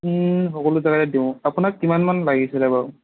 সকলো জেগাতে দিওঁ আপোনাক কিমানমান লাগিছিলে বাৰু